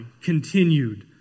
continued